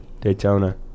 Daytona